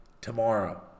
tomorrow